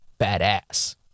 badass